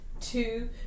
two